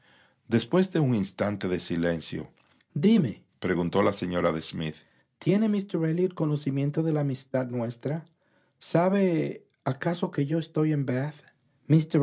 después de un instante de silencio dimepreguntó la señora de smith tiene míster elliot conocimiento de la amistad nuestra sabe acaso que estoy yo en